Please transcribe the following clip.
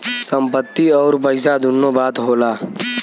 संपत्ति अउर पइसा दुन्नो बात होला